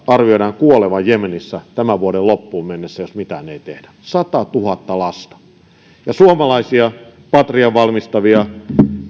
arvioidaan kuolevan jemenissä tämän vuoden loppuun mennessä jos mitään ei tehdä satatuhatta lasta ja suomalaisia patrian valmistamia